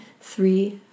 three